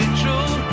true